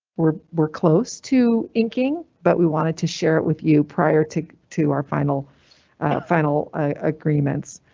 we're we're close to inking, but we wanted to share it with you prior to two are final final agreements.